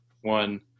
one